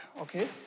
okay